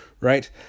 right